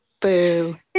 Boo